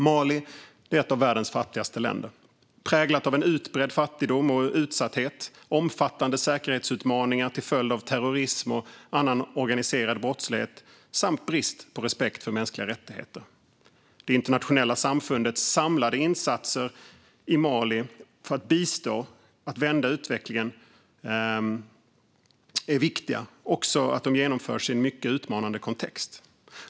Mali är ett av världens fattigaste länder präglat av en utbredd fattigdom och utsatthet, omfattande säkerhetsutmaningar till följd av terrorism och annan organiserad brottslighet samt brist på respekt för mänskliga rättigheter. Det internationella samfundets samlade insatser är viktiga för att bistå Mali i att vända utvecklingen, men de genomförs också i en mycket utmanande kontext.